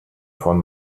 von